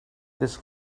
this